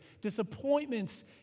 Disappointments